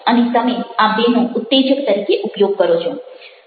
અને તમે આ બે નો ઉત્તેજક તરીકે ઉપયોગ કરો છો